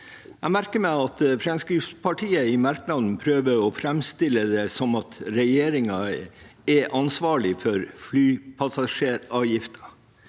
Jeg merker meg at Fremskrittspartiet i merknaden prøver å framstille det som at regjeringen er ansvarlig for flypassasjeravgiften,